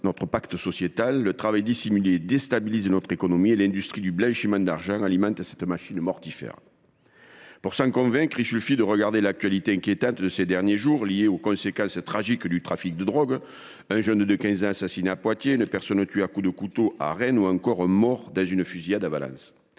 notre pacte sociétal, le travail dissimulé déstabilise notre économie et l’industrie du blanchiment d’argent alimente toute cette machine mortifère. Pour s’en convaincre, il suffit de considérer l’actualité inquiétante de ces derniers jours, liée aux conséquences tragiques du trafic de drogue : un jeune de 15 ans assassiné à Poitiers, une personne tuée à coups de couteau à Rennes ou encore un mort dans une fusillade à Valence.